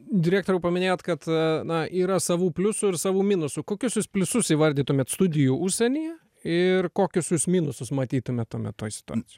direktoriau paminėjot kad na yra savų pliusų ir savų minusų kokius jūs pliusus įvardytumėt studijų užsienyje ir kokius jūs minusus matytumėt tuomet toj situacijoj